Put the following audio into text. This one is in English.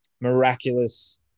miraculous